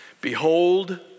Behold